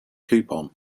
coupon